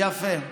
יפה.